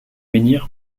menhir